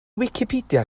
wicipedia